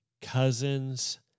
cousin's